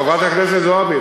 חברת הכנסת זועבי.